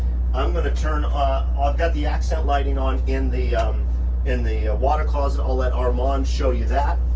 i'm gonna turn on i've got the accent lighting on in the in the water closet. i'll let armand show you that